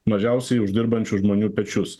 mažiausiai uždirbančių žmonių pečius